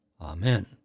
Amen